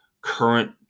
current